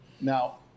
Now